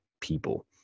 people